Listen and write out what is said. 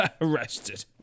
arrested